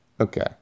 Okay